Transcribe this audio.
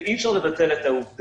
ואי אפשר לבטל את העובדה,